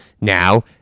now